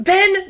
Ben